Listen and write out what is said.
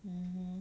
mmhmm